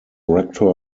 rector